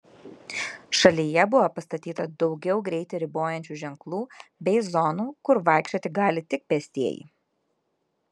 šalyje buvo pastatyta daugiau greitį ribojančių ženklų bei zonų kur vaikščioti gali tik pėstieji